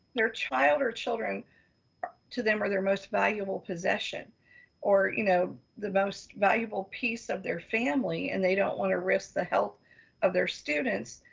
their child, or children to them, or their most valuable possession or you know the most valuable piece of their family. and they don't wanna risk the health of their students.